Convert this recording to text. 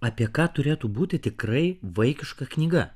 apie ką turėtų būti tikrai vaikiška knyga